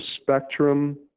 spectrum